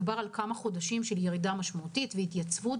מדובר על כמה חודשים שבהם יש ירידה משמעותית וגם התייצבות.